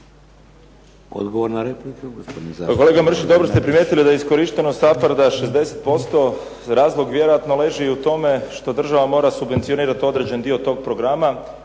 Odgovor na repliku gospodin